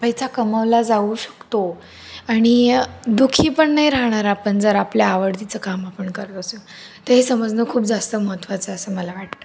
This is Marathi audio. पैचा कमावला जाऊ शकतो आणि दुःखी पण नाही राहणार आपण जर आपल्या आवडतीचं काम आपण करत असू तर हे समजणं खूप जास्त महत्त्वाचं आहे असं मला वाटतं